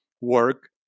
work